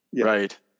right